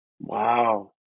Wow